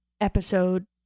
episode